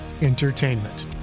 Entertainment